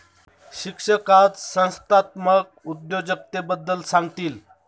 शिक्षक आज संस्थात्मक उद्योजकतेबद्दल सांगतील